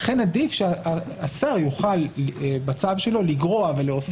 ולכן עדיף שהשר, בצו שלו, יוכל לגרוע ולהוסיף.